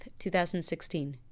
2016